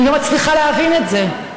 אני לא מצליחה להבין את זה.